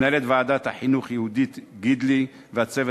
למנהלת ועדת החינוך יהודית גידלי ולצוות